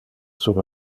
sur